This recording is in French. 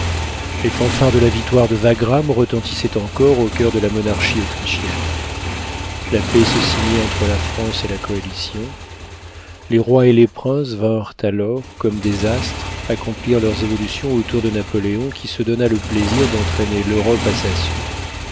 les fanfares de la victoire de wagram retentissaient encore au coeur de la monarchie autrichienne la paix se signait entre la france et la coalition les rois et les princes vinrent alors comme des astres accomplir leurs évolutions autour de napoléon qui se donna le plaisir d'entraîner l'europe à sa suite